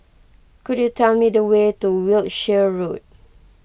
could you tell me the way to Wiltshire Road